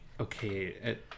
okay